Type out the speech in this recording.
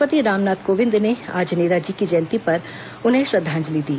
राष्ट्रपति रामनाथ कोविंद ने आज नेताजी की जयंती पर उन्हें श्रद्वांजलि दी